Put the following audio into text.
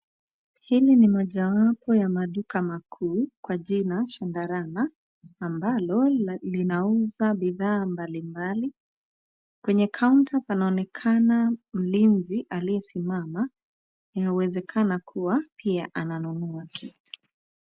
Hili ni mojawapo ya maduka makuu kwa jina Shandarana ambalo linauza bidhaa mbali mbali. Kwenye kaunta panaonekana mlinzi aliyesimama inawezekana kua pia ananunua kitu.